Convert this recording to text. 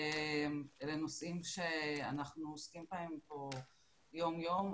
אלה נושאים שאנחנו עוסקים בהם פה יום יום.